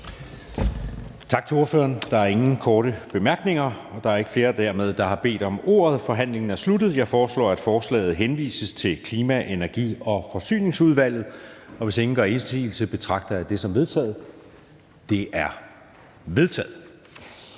Tak til ordføreren. Der er ingen korte bemærkninger. Da der dermed ikke er flere, der har bedt om ordet, er forhandlingen er sluttet. Jeg foreslår, at forslaget henvises til Klima-, Energi- og Forsyningsudvalget. Hvis ingen gør indsigelse, betragter jeg det som vedtaget. Det er vedtaget.